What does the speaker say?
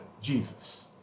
Jesus